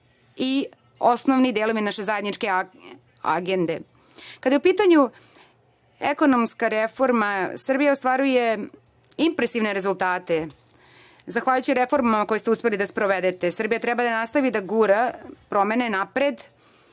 i osnovni delovi naše zajedničke agende. Kada je u pitanju ekonomska reforma, Srbija ostvaruje impresivne rezultate. Zahvaljujući reformama koje ste uspeli da sprovedete, Srbija treba da nastavi da gura promene napred